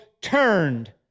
turned